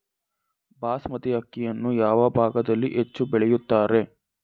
ಬಾಸ್ಮತಿ ಅಕ್ಕಿಯನ್ನು ಯಾವ ಭಾಗದಲ್ಲಿ ಹೆಚ್ಚು ಬೆಳೆಯುತ್ತಾರೆ?